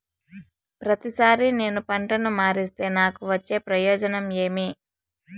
ప్రతిసారి నేను పంటను మారిస్తే నాకు వచ్చే ప్రయోజనం ఏమి?